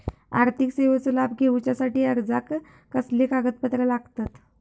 आर्थिक सेवेचो लाभ घेवच्यासाठी अर्जाक कसले कागदपत्र लागतत?